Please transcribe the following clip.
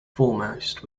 foremost